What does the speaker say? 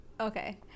Okay